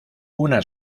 una